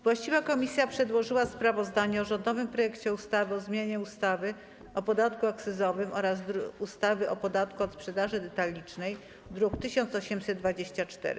Właściwa komisja przedłożyła sprawozdanie o rządowym projekcie ustawy o zmianie ustawy o podatku akcyzowym oraz ustawy o podatku od sprzedaży detalicznej, druk nr 1824.